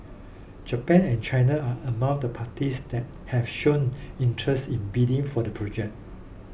Japan and China are among the parties that have shown interest in bidding for the project